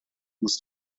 musst